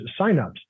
signups